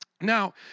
Now